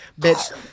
bitch